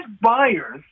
buyers